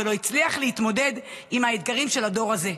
ולא הצליח להתמודד עם האתגרים של הדור הזה.